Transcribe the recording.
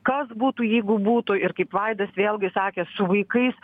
kas būtų jeigu būtų ir kaip vaidas vėlgi sakė su vaikais